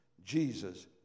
Jesus